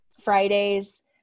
Fridays